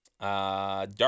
Dark